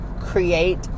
create